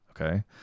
okay